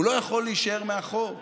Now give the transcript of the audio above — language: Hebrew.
הוא לא יכול להישאר מאחור.